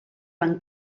van